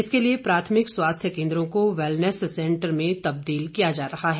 इसके लिए प्राथमिक स्वास्थ्य केंद्रों को वैलनेस सेंटर में तबदील किया जा रहा है